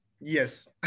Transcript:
yes